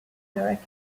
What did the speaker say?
derek